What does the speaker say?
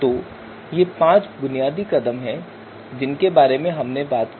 तो ये पांच बुनियादी कदम हैं जिनके बारे में हमने बात की